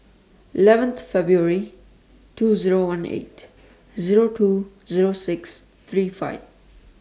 eleven Feb two Zero one eight Zero Tow Zero six three five